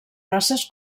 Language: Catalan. races